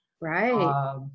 Right